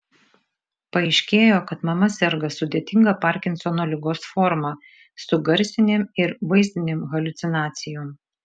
paaiškėjo kad mama serga sudėtinga parkinsono ligos forma su garsinėm ir vaizdinėm haliucinacijom